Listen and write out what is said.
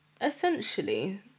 Essentially